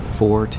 four